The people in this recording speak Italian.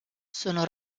sono